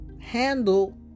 handle